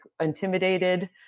intimidated